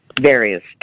various